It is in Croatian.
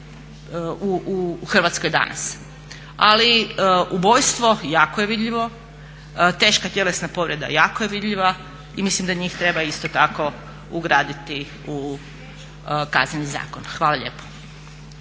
u Hrvatskoj danas. Ali ubojstvo jako je vidljivo, teška tjelesna povreda jako je vidljiva i mislim da njih treba isto tako ugraditi u Kazneni zakon. Hvala vam lijepo.